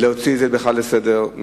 להוציא את זה בכלל מסדר-היום,